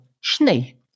schnee